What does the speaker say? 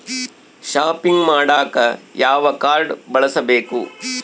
Shopping ಮಾಡಾಕ ಯಾವ card ಬಳಸಬೇಕು?